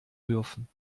dürfen